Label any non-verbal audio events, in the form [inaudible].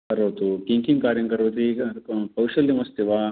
करोतु किङ्किङ्ग् कार्यं करोति [unintelligible] कौशल्यमस्ति वा